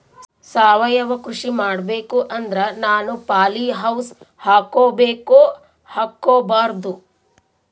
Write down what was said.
ಸಾವಯವ ಕೃಷಿ ಮಾಡಬೇಕು ಅಂದ್ರ ನಾನು ಪಾಲಿಹೌಸ್ ಹಾಕೋಬೇಕೊ ಹಾಕ್ಕೋಬಾರ್ದು?